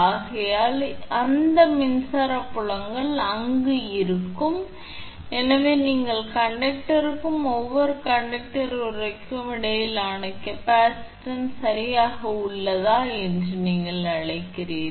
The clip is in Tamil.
ஆகையால் அந்த மின்சார புலங்கள் அங்கு இருக்கும் எனவே நீங்கள் கண்டக்டருக்கும் ஒவ்வொரு கண்டக்டர் உறைகளுக்கும் இடையேயான உங்கள் கெப்பாசிட்டன்ஸ் சரியாக உள்ளது என்று நீங்கள் அழைக்கிறீர்கள்